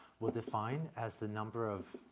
we'll define as the number of